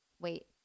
wait